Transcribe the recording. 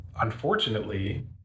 unfortunately